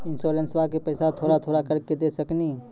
इंश्योरेंसबा के पैसा थोड़ा थोड़ा करके दे सकेनी?